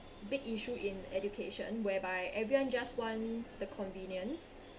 big issue in education whereby everyone just want the convenience